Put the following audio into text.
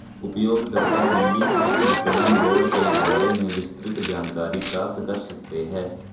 उपयोगकर्ता दिल्ली कृषि विपणन बोर्ड के बारे में विस्तृत जानकारी प्राप्त कर सकते है